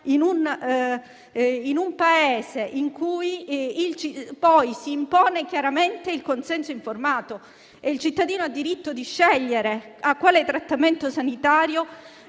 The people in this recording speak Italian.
in un Paese in cui si impone chiaramente il consenso informato? Il cittadino ha diritto di scegliere a quale trattamento sanitario